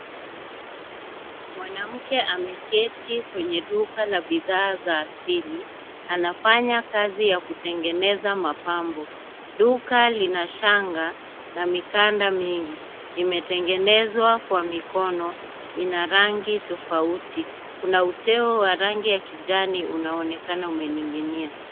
Mwanamke ameketi kwenye duka la bidhaa za asili, anafanya kazi ya kutengeneza mapambo. Duka lina shanga na mikanda mingi , imetengenezwa kwa mikono ina rangi tofauti, kuna uteo wa rangi ya kijani unaonekana umening'inia.